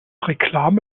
reklame